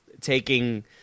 taking